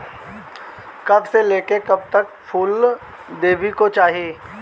कब से लेके कब तक फुल देवे के चाही?